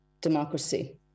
democracy